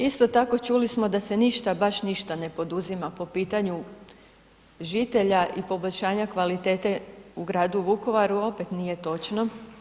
Isto tako, čuli smo da se ništa, baš ništa ne poduzima po pitanju žitelja i poboljšanja kvalitete u gradu Vukovaru, opet nije točno.